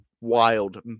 wild